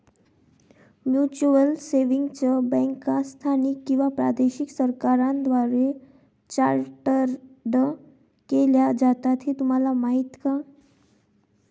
Mutual savings बँका स्थानिक किंवा प्रादेशिक सरकारांद्वारे चार्टर्ड केल्या जातात हे तुम्हाला माहीत का?